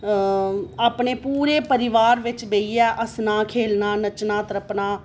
अपने पूरे परिवार बिच्च बेहियै हस्सना खेलना नच्चना त्रप्पना